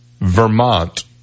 Vermont